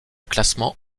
classement